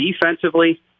Defensively